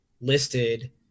listed